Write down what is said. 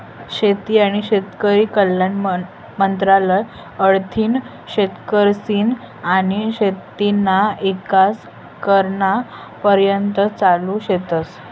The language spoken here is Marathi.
शेती आनी शेतकरी कल्याण मंत्रालय कडथीन शेतकरीस्नी आनी शेतीना ईकास कराना परयत्न चालू शेतस